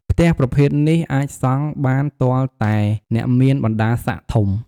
ផ្ទះប្រភេទនេះអាចសង់បានទាល់តែអ្នកមានបណ្តាសិក្ត័ធំ។